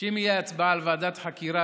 שאם תהיה הצבעה על ועדת חקירה,